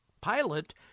pilot